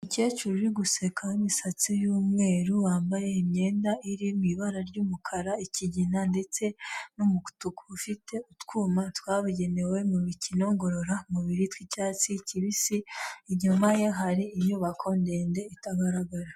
Umukecuru uri guseka w'imisatsi y'umweru wambaye imyenda iri mu ibara ry'umukara, ikigina ndetse n'umutuku, ufite utwuma twabigenewe mu mikino ngororamubiri tw'icyatsi kibisi, inyuma ye hari inyubako ndende itagaragara.